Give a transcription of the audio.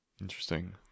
Interesting